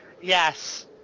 Yes